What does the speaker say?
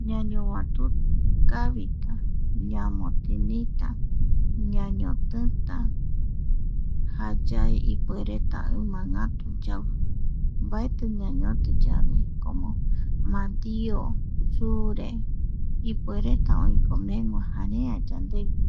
Ñañovati kavita, ñamotinita, ñañotita, jayae ipuereta ima ngatu yau mbaeti ñañoti yave como mamdio chure ipuereta oikomegua jarea yandegui